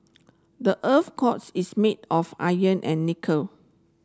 the earth's cores is made of iron and nickel